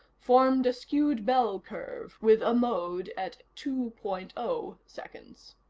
formed a skewed bell curve with a mode at two point oh seconds.